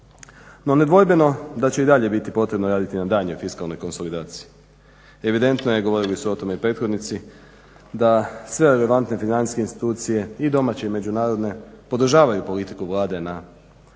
No nedvojbeno da će i dalje biti potrebno raditi na daljnjoj fiskalnoj konsolidaciji. Evidentno je, govorili su o tome i prethodnici, da sve relevantne financijske institucije i domaće i međunarodne podržavaju politiku Vlade na postizanju